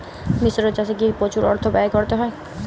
মিশ্র চাষে কি প্রচুর অর্থ ব্যয় করতে হয়?